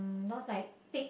those like pig